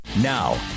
Now